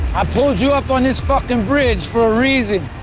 i pulled you up on this fucking bridge for a reason.